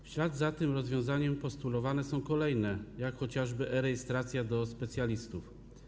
W ślad za tym rozwiązaniem postulowane są kolejne, jak chociażby e-rejestracja do specjalistów.